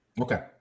Okay